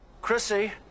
Chrissy